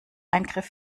eingriff